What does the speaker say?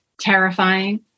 terrifying